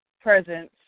presence